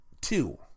two